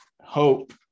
hope